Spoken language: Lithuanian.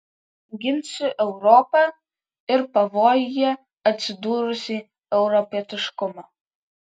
ginsiu europą ir pavojuje atsidūrusį europietiškumą